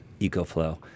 EcoFlow